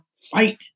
fight